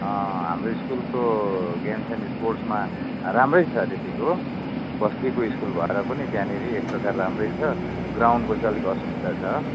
हाम्रो स्कुलको games and स्पोर्ट्समा राम्रो छ त्यतिको बस्तीको स्कुल भएर पनि त्यहाँनेरि एक प्रकार राम्रो छ ग्राउन्डको चाहिँ अलिक असुबिस्ता छ